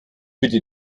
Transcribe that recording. bitte